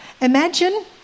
Imagine